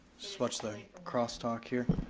let's watch the crosstalk here.